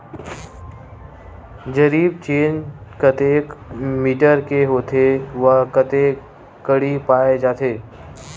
जरीब चेन कतेक मीटर के होथे व कतेक कडी पाए जाथे?